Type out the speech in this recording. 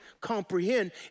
comprehend